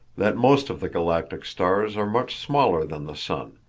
that most of the galactic stars are much smaller than the sun,